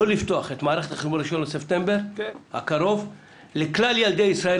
לא לפתוח את מערכת החינוך ב-1 בספטמבר הקרוב לכלל ילדי ישראל,